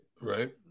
Right